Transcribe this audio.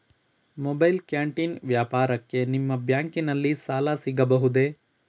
Mobile canteen ವ್ಯಾಪಾರಕ್ಕೆ ನಿಮ್ಮ ಬ್ಯಾಂಕಿನಲ್ಲಿ ಸಾಲ ಸಿಗಬಹುದೇ?